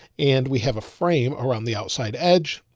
and we have a frame around the outside edge.